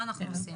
מה אנחנו עושים?